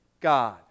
God